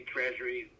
Treasury